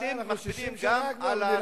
אתם מכבידים גם על,